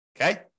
Okay